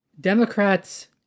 democrats